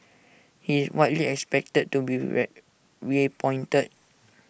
he is widely expected to be red reappointed